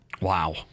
Wow